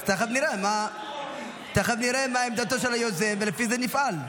אז תכף נראה מה עמדתו של היוזם, ולפי זה נפעל.